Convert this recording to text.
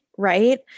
right